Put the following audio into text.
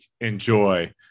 enjoy